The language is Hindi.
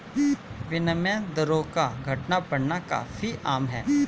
विनिमय दरों का घटना बढ़ना काफी आम है